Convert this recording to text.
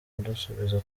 kudusubiza